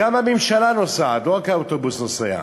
הממשלה נוסעת, לא רק האוטובוס נוסע.